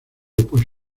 pues